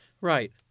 Right